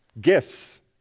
gifts